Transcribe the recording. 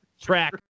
track